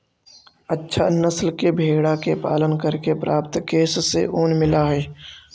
अच्छा नस्ल के भेडा के पालन करके प्राप्त केश से ऊन मिलऽ हई